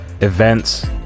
events